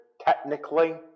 technically